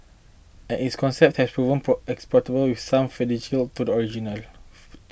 and it's concept that proven prop exportable with some fidelity to the original